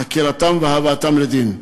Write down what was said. חקירתם והבאתם לדין,